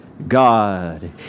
God